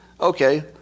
Okay